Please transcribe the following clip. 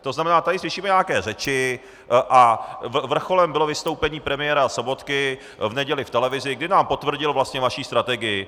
To znamená, tady slyšíme nějaké řeči, a vrcholem bylo vystoupení premiéra Sobotky v neděli v televizi, kdy nám potvrdil vlastně vaši strategii.